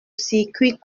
circuit